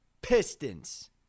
Pistons